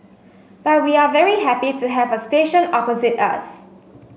but we are very happy to have a station opposite us